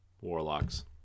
warlocks